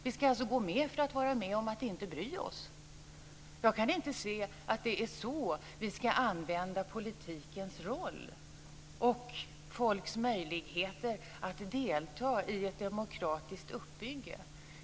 Vi ska alltså gå med för att vara med om att inte bry oss. Jag kan inte se att det är så som vi ska använda politikens roll och folks möjligheter att delta i en demokratisk uppbyggnad.